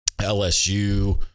LSU